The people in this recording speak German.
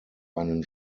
einen